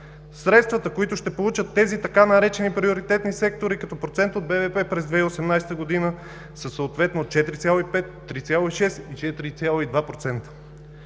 средствата, които ще получат тези така наречени „приоритетни сектори“ като процент от БВП през 2018 г. са съответно 4,5, 3,6 и 4,2%.